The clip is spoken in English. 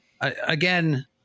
again